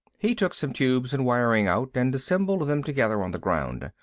he took some tubes and wiring out and assembled them together on the ground,